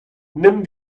nimm